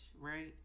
right